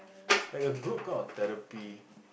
like a group kind of therapy